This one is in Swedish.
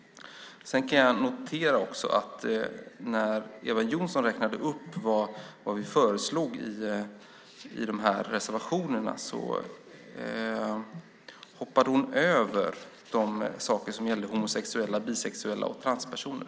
Jag kan också notera att Eva Johnsson när hon räknade upp vad vi föreslår i reservationerna hoppade över det som gäller homosexuella och bisexuella personer samt transpersoner.